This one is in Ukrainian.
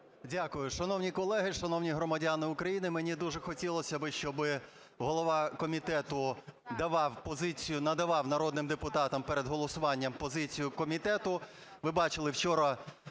Дякую. Шановні колеги, шановні громадяни України! Мені дуже хотілось би, щоби голова комітету давав позицію, надавав народним депутатам перед голосуванням позицію комітету. Ви бачили, вчора